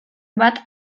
bat